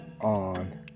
on